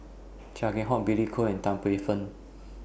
Chia Keng Hock Billy Koh and Tan Paey Fern